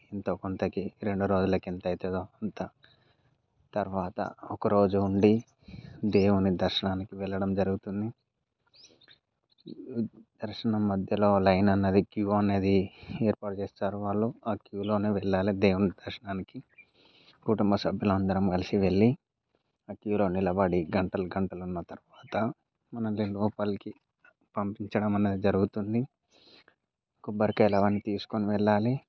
ఎంతో కొంతకి రెండు రోజులకు ఎంతయితదో అంత తర్వాత ఒకరోజు ఉండి దేవుని దర్శనానికి వెళ్ళడం జరుగుతుంది దర్శనం మధ్యలో లైన్ అన్నది క్యూ అన్నది ఏర్పాటు చేస్తారు వాళ్ళు ఆ క్యూలోనే వెళ్ళాలి దేవుని దర్శనానికి కుటుంబ సభ్యులందరం కలిసి వెళ్ళి ఆ క్యూలో నిలబడి గంటలు గంటలు ఉన్న తర్వాత మనల్ని లోపలికి పంపించడం అనేది జరుగుతుంది కొబ్బరికాయలవన్నీ తీసుకొని వెళ్ళాలి